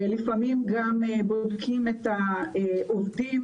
לפעמים גם בודקים את העובדים,